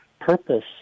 purpose